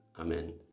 Amen